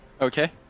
Okay